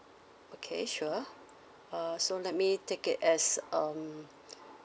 okay sure uh so let me take it as um